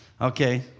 Okay